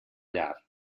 llar